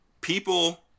People